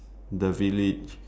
the village